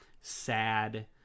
sad